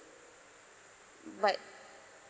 but